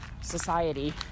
society